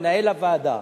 מנהל הוועדה,